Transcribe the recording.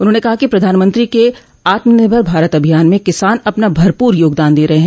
उन्होंने कहा कि प्रधानमंत्री के आत्मनिर्भर भारत अभियान में किसान अपना भरपूर योगदान दे रहे हैं